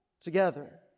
together